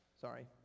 sorry